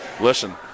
listen